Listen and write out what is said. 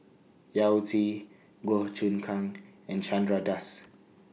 Yao Zi Goh Choon Kang and Chandra Das